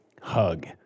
hug